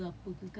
mm